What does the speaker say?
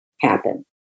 happen